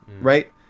right